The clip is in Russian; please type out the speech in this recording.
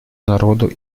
народу